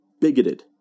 bigoted